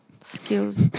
Skills